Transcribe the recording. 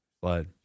Slide